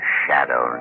shadow